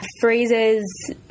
phrases